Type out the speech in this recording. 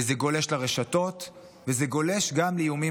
וזה גולש לרשתות וזה גולש גם לאיומים